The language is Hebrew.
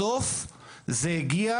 בסוף זה הגיע